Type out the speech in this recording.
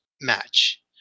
match